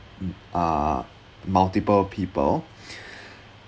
uh multiple people